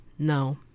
No